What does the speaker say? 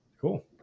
cool